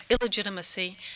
illegitimacy